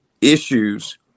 issues